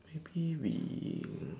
maybe we